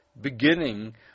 beginning